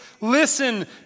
Listen